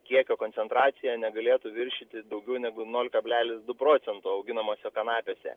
kiekio koncentracija negalėtų viršyti daugiau negu nol kablelis du procento auginamose kanapėse